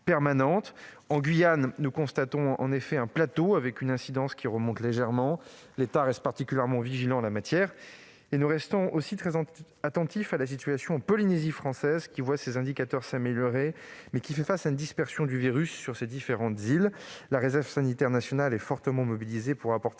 En Guyane, nous constatons un effet plateau, avec une incidence qui remonte légèrement. L'État reste particulièrement vigilant en la matière. Nous restons aussi très attentifs à la situation en Polynésie française, qui voit ses indicateurs s'améliorer, mais qui fait face à une dispersion du virus sur ses différentes îles. La réserve sanitaire nationale est fortement mobilisée pour apporter